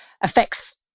affects